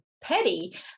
petty